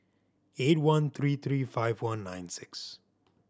eight one three three five one nine six